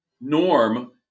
norm